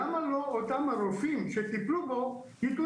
למה שאותם רופאים שטיפלו בו לא ייתנו